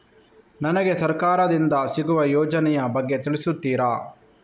ನನಗೆ ಸರ್ಕಾರ ದಿಂದ ಸಿಗುವ ಯೋಜನೆ ಯ ಬಗ್ಗೆ ತಿಳಿಸುತ್ತೀರಾ?